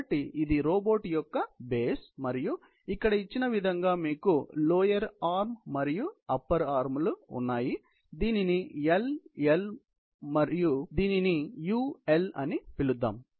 కాబట్టి ఇది రోబోట్ యొక్క బేస్ మరియు ఇక్కడ ఇచ్చిన విధంగా మీకు లోయర్ ఆర్మ్ మరియు అప్పర్ ఆర్మ్ లు ఉన్నాయి దీనిని ఎల్ ఎల్ మరియు యూ ఎల్ అని పిలుద్దాం